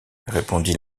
répondit